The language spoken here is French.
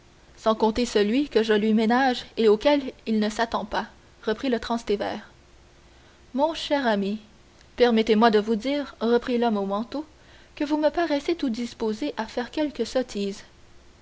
sans compter celui que je lui ménage et auquel il ne s'attend pas reprit le transtévère mon cher ami permettez-moi de vous dire reprit l'homme au manteau que vous me paraissez tout disposé à faire quelque sottise